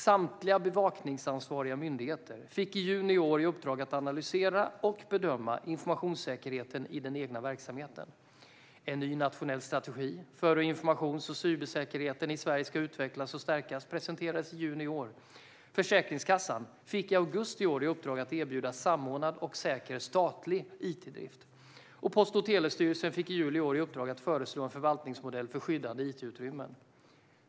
Samtliga bevakningsansvariga myndigheter fick i juni i år i uppdrag att analysera och bedöma informationssäkerheten i den egna verksamheten. En ny nationell strategi för hur informations och cybersäkerheten i Sverige ska utvecklas och stärkas presenterades i juni i år. Försäkringskassan fick i augusti i år i uppdrag att erbjuda samordnad och säker statlig it-drift. Post och telestyrelsen fick i juli i år i uppdrag att föreslå en förvaltningsmodell för skyddade it-utrymmen.